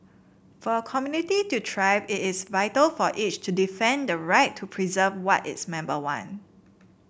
for a community to thrive it is vital for each to defend the right to preserve what its member want